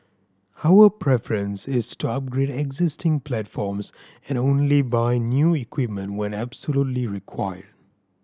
our preference is to upgrade existing platforms and only buy new equipment when absolutely required